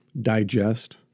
digest